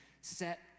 set